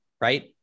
right